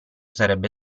sarebbe